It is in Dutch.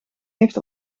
heeft